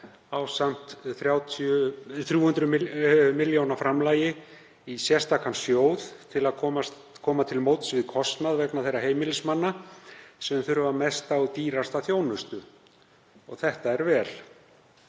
ásamt 300 millj. kr. framlagi í sérstakan sjóð til að koma til móts við kostnað vegna þeirra heimilismanna sem þurfa mesta og dýrasta þjónustu. Þetta er vel.